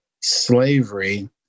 slavery